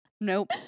Nope